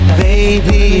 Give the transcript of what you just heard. Baby